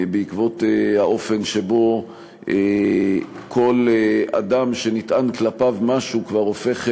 בעקבות האופן שבו כל אדם שנטען כלפיו משהו כבר הופך למורשע.